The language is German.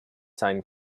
seinen